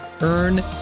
Earn